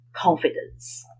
Confidence